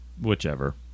Whichever